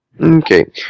Okay